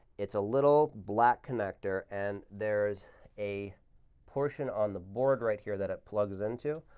it's a little black connector. and there is a portion on the board right here that it plugs into.